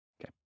Okay